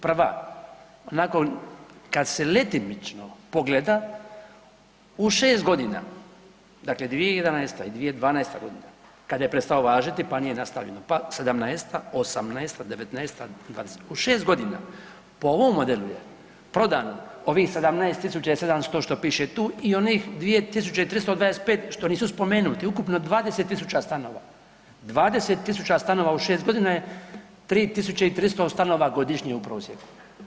Prva, onako kad se letimično pogleda u 6.g., dakle 2011. i 2012.g. kada je prestao važiti, pa nije nastavljeno, pa '17., '18., '19., '20., u 6.g. po ovom modelu je prodano ovih 17.700 što piše tu i onih 2.325 što nisu spomenuti, ukupno 20.000 stanova, 20.000 stanova u 6.g. je 3.300 stanova godišnje u prosjeku.